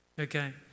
okay